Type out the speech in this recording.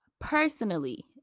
personally